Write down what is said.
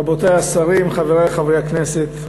רבותי השרים, חברי חברי הכנסת,